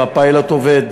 והפיילוט עובד.